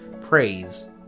Praise